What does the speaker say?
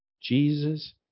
Jesus